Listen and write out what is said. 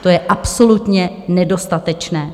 To je absolutně nedostatečné.